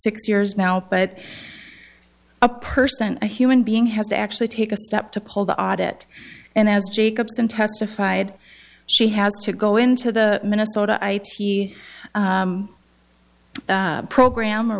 six years now but a person a human being has to actually take a step to pull the audit and as jacobson testified she has to go into the minnesota i t program or